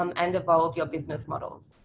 um and evolve your business models.